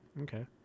Okay